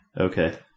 Okay